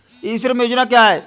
ई श्रम योजना क्या है?